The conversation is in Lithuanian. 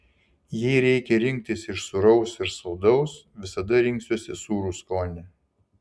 jei reikia rinktis iš sūraus ir saldaus visada rinksiuosi sūrų skonį